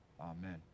Amen